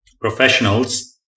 professionals